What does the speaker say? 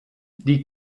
die